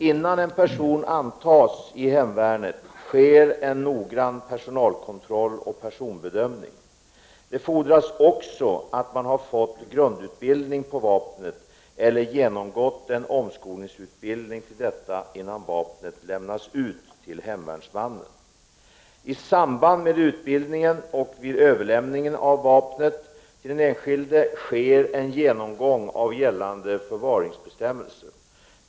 Innan en person antas i hemvärnet sker en noggrann personalkontroll och personbedömning. Det fordras också att hemvärnsmannen har fått grundutbildning så att han kan hantera vapnet, eller att han har genomgått en omskolningsutbildning innan vapnet lämnas ut till honom. I samband med utbildningen och vid överlämningen av vapnet till den enskilde sker en genomgång av gällande förvaringsbestämmelser.